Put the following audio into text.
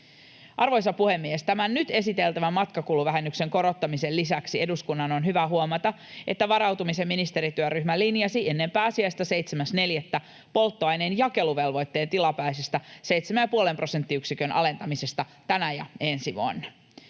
Arvoisa puhemies! Tämän nyt esiteltävän matkakuluvähennyksen korottamisen lisäksi eduskunnan on hyvä huomata, että varautumisen ministerityöryhmä linjasi ennen pääsiäistä 7.4. polttoaineen jakeluvelvoitteen tilapäisestä 7,5 prosenttiyksikön alentamisesta tänä ja ensi vuonna.